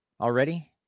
Already